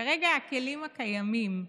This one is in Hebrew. כרגע הכלים הקיימים,